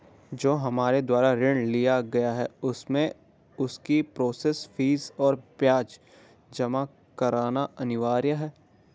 जो हमारे द्वारा ऋण लिया गया है उसमें उसकी प्रोसेस फीस और ब्याज जमा करना अनिवार्य है?